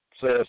says